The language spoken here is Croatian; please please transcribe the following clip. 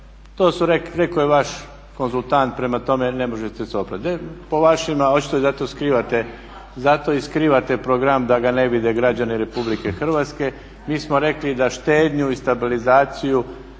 To je rekao vaš konzultant, prema tome ne možete se oprati. Po vašima očito je da to skrivate, zato i skrivate program da ga ne vide građani RH. Mi smo rekli da štednju i stabilizaciju